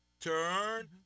Turn